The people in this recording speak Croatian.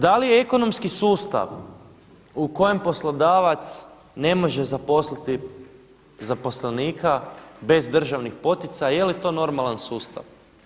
Da li je ekonomski sustav u kojem poslodavac ne može zaposliti zaposlenika bez državnih poticaja, je li to normalan sustav?